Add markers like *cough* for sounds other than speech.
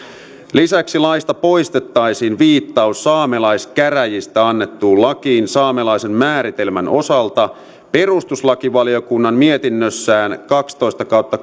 lisäksi laista poistettaisiin viittaus saamelaiskäräjistä annettuun lakiin saamelaisen määritelmän osalta perustuslakivaliokunnan mietinnössään kaksitoista kautta *unintelligible*